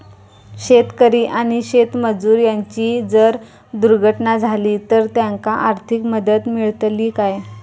शेतकरी आणि शेतमजूर यांची जर दुर्घटना झाली तर त्यांका आर्थिक मदत मिळतली काय?